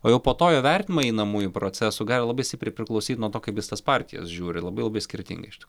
o jau po to jo vertinimai einamųjų procesų gali labai stipriai priklausyt nuo to kaip jis tas partijas žiūri labai labai skirtingai iš tikrųjų